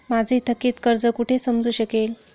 माझे थकीत कर्ज कुठे समजू शकेल?